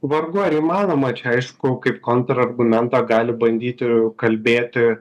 vargu ar įmanoma čia aišku kaip kontrargumentą gali bandyti kalbėti